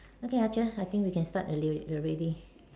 okay I just I think we can start already we're ready